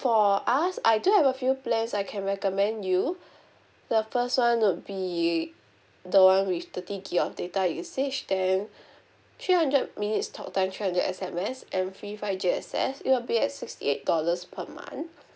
for us I do have a few plans I can recommend you the first [one] would be the one with thirty gig of data usage then three hundred minutes talk times three hundred S_M_S and free five G access it will be at sixty eight dollars per month